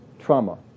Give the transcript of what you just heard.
trauma